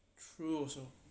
true also